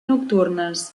nocturnes